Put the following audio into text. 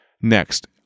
Next